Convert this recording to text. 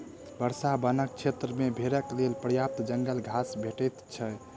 वर्षा वनक क्षेत्र मे भेड़क लेल पर्याप्त जंगल घास भेटैत छै